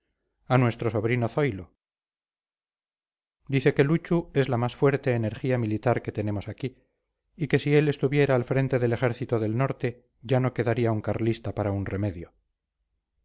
a nuestro sobrino zoilo dice que luchu es la más fuerte energía militar que tenemos aquí y que si él estuviera al frente del ejército del norte ya no quedaría un carlista para un remedio